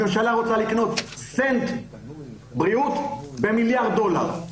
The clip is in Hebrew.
הממשלה רוצה לקנות סנט בריאות במיליארד דולר.